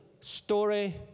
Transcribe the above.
story